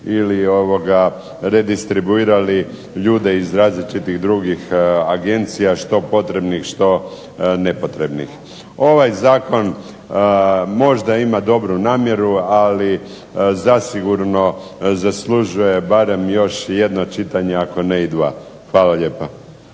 ili redistribuirali ljude iz različitih drugih agencija, što potrebnih, što nepotrebnih. Ovaj zakon možda ima dobru namjeru ali zasigurno zaslužuje barem još jedno čitanje ako ne i dva. Hvala lijepa.